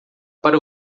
para